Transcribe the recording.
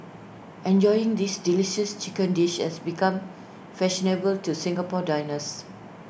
enjoying this delicious chicken dish has become fashionable to Singapore diners